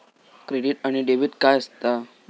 Credit आणि debit काय असता?